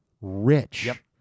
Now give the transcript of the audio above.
rich